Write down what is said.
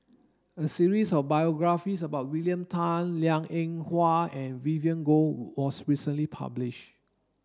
a series of biographies about William Tan Liang Eng Hwa and Vivien Goh was recently published